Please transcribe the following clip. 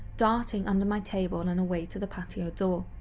darting under my table and and away to the patio door.